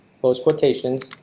close quotations.